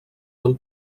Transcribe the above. del